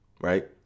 right